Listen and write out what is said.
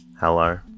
Hello